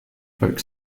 folk